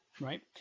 Right